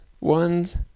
ones